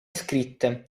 scritte